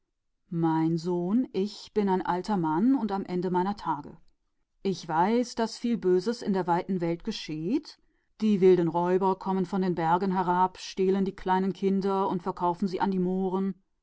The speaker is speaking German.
mein sohn ich bin ein alter mann und bin im winter meiner tage und ich weiß daß viele schlimme dinge in der weiten welt geschehen die wilden räuber kommen herab von den bergen und schleppen die kleinen kinder hinweg und verkaufen sie an die mohren